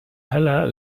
heller